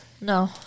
no